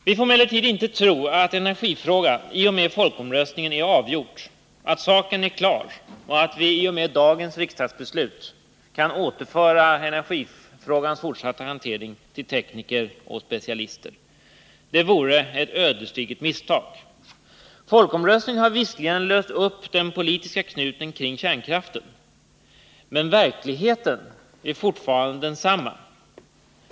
Vi får emellertid inte tro att energifrågan, i och med folkomröstningen, är avgjord, att saken är klar och att vi i och med dagens riksdagsbeslut kan återföra energifrågans fortsatta hantering till tekniker och specialister. Det vore ett ödesdigert misstag. Folkomröstningen har visserligen löst upp den politiska knuten kring kärnkraften, men verkligheten är fortfarande densamma.